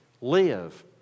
live